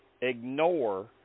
ignore